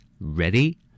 ready